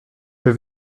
wir